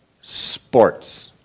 sports